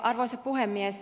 arvoisa puhemies